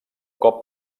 cop